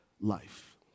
life